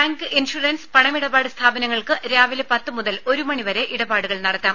bank insurance പണമിടപാടു സ്ഥാപനങ്ങൾക്ക് രാവിലെ പത്തു മുതൽ ഒരു മണി വരെ ഇടപാടുകൾ നടത്താം